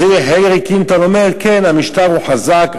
אז הילרי קלינטון אומרת: כן, המשטר הוא חזק.